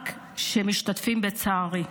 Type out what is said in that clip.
רק שמשתתפים בצערי.